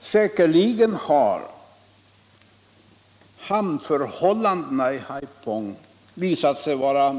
Säkerligen har hamnförhållandena i Haiphong visat sig vara